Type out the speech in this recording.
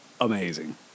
amazing